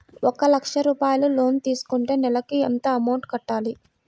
ఒక లక్ష రూపాయిలు లోన్ తీసుకుంటే నెలకి ఎంత అమౌంట్ కట్టాలి?